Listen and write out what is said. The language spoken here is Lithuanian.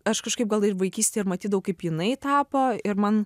aš kažkaip gal ir vaikystėj ir matydavau kaip jinai tapo ir man